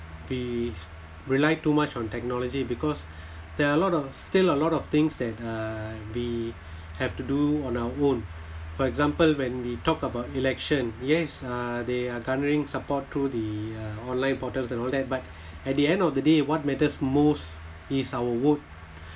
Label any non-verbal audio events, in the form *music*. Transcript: we rely too much on technology because *breath* there are a lot of still a lot of things that uh we *breath* have to do on our own for example when we talk about election yes uh they are garnering support through the uh online portals and all that but *breath* at the end of the day what matters most is our work *breath*